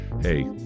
Hey